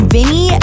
Vinny